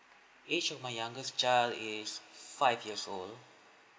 age of my youngest child is five years old